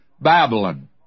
Babylon